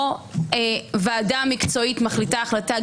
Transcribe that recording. ועדה מקצועית מחליטה החלטה,